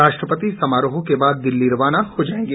राष्ट्रपति समारोह के बाद दिल्ली रवाना हो जाएंगे